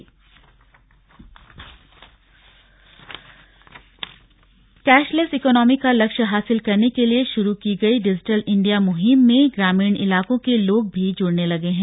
slug digital India cashless economy का लक्ष्य हासिल करन के लिए शुरू की गई डिजिटल इंडिया मुहिम में ग्रामीण इलाकों के लोग भी जुड़ने लगे हैं